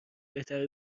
بهتر